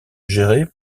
gérée